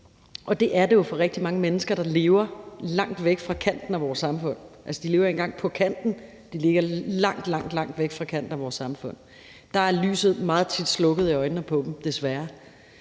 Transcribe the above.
Og det er det jo for rigtig mange mennesker, der lever langt væk fra kanten af vores samfund. Altså, de lever ikke engang på kanten; de ligger langt, langt væk fra kanten af vores samfund. Der er lyset meget tit slukket i øjnene, desværre.